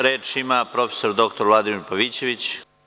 Reč ima prof. dr Vladimir Pavićević.